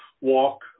walk